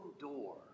door